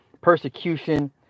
persecution